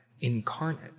incarnate